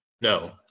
no